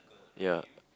ya